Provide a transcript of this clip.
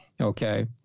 okay